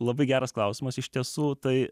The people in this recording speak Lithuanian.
labai geras klausimas iš tiesų tai